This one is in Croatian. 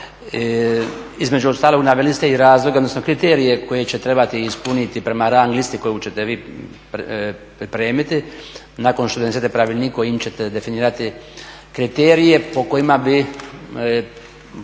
Između ostalog naveli ste i razloge, odnosno kriterije koje će trebati ispuniti prema rang listi koju ćete vi pripremiti nakon što donesete pravilnik kojim ćete definirati kriterije po kojima bi